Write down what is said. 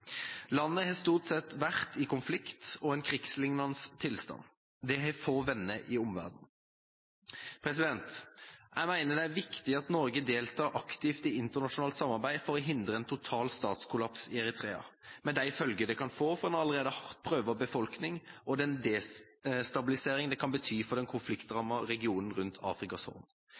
Landet har stort sett vært i konflikt og i en krigslignende tilstand. Det har få venner i omverdenen. Jeg mener det er viktig at Norge deltar aktivt i internasjonalt samarbeid for å hindre en total statskollaps i Eritrea, med de følger det kan få for en allerede hardt prøvet befolkning, og den destabilisering det kan bety for den konfliktrammede regionen rundt Afrikas Horn.